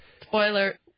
Spoiler